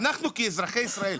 אנחנו כאזרחי ישראל,